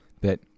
that-